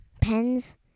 pens